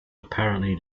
apparently